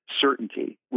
certainty